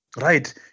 right